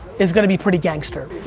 is gonna be pretty gangster.